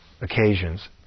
occasions